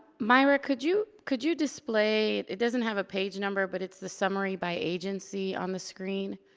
myra, could you could you display, it doesn't have a page number, but it's the summary by agency on the screen.